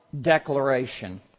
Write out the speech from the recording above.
declaration